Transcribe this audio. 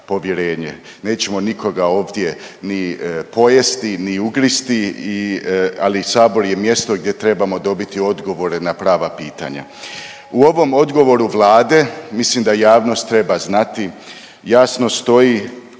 Nećemo nikoga ovdje ni pojesti, ni ugristi, ali sabor je mjesto gdje trebamo dobiti odgovore na prava pitanja. U ovom odgovoru Vlade, mislim da javnost treba znati, jasno stoji